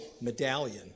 medallion